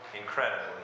incredibly